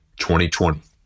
2020